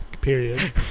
period